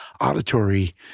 auditory